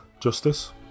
justice